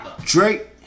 Drake